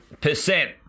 percent